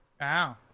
Wow